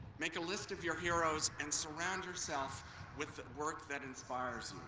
make a list of your heroes and surround yourself with the work that inspires